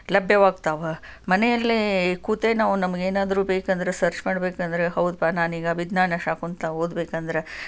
ಲಭ್ಯವಾಗ್ತವೆ ಮನೆಯಲ್ಲೇ ಕೂತೇ ನಾವು ನಮಗೇನಾದ್ರೂ ಬೇಕಂದ್ರೆ ಸರ್ಚ್ ಮಾಡ್ಬೇಕಂದ್ರೆ ಹೌದಪ್ಪಾ ನಾನೀಗ ಅಭಿಜ್ಞಾನ ಶಾಕುಂತಲಾ ಓದ್ಬೇಕಂದ್ರೆ